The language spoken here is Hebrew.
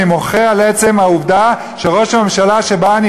אני מוחה על עצם העובדה שראש הממשלה שבה אני